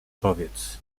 powiedz